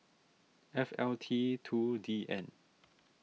F L T two D N